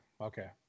okay